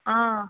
ஆ